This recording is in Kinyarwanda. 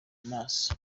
n’amaso